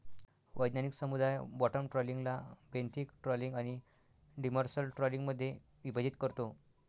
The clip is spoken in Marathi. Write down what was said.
वैज्ञानिक समुदाय बॉटम ट्रॉलिंगला बेंथिक ट्रॉलिंग आणि डिमर्सल ट्रॉलिंगमध्ये विभाजित करतो